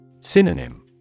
Synonym